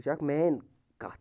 یہِ چھِ اَکھ مین کَتھ